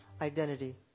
identity